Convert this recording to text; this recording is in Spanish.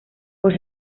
por